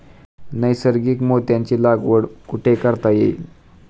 नैसर्गिक मोत्यांची लागवड कुठे करता येईल?